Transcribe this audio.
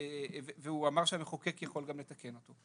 והוא אמר שהמחוקק יכול גם לתקן אותו.